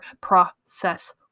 Process